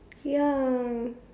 ya